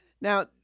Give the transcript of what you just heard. Now